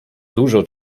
dużo